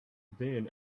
then